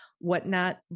Whatnot